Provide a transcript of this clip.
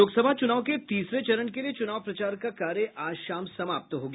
लोकसभा चूनाव के तीसरे चरण के लिए चूनाव प्रचार का कार्य आज शाम समाप्त हो गया